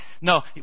No